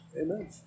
Amen